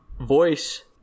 voice